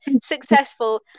successful